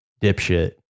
dipshit